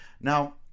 Now